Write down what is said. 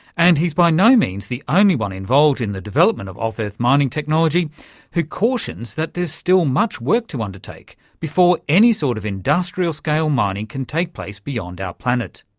and he's by no means the only one involved in the development of off-earth mining technology who cautions that there's still much work to undertake before any sort of industrial-scale mining mining can take place beyond our planet.